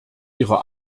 ihrer